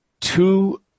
two